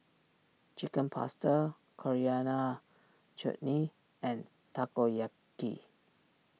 Chicken Pasta Coriander Chutney and Takoyaki